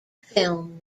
film